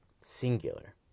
singular